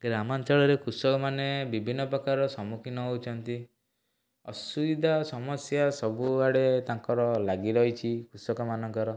ଗ୍ରାମାଞ୍ଚଳରେ କୁଷକ ମାନେ ବିଭିନ୍ନ ପ୍ରକାର ସମ୍ମୁଖୀନ ହେଉଛନ୍ତି ଅସୁବିଧା ସମସ୍ୟା ସବୁଆଡ଼େ ତାଙ୍କର ଲାଗି ରହିଛି କୃଷକ ମାନଙ୍କର